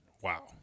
wow